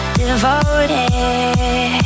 devoted